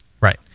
Right